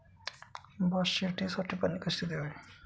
भात शेतीसाठी पाणी कसे द्यावे?